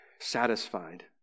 satisfied